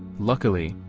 luckily,